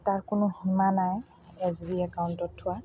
তাৰ কোনো সীমা নাই এছ বি একাউণ্টত থোৱা